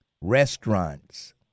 restaurants